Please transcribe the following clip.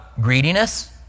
greediness